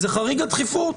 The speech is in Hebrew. היא חריג הדחיפות.